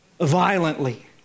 violently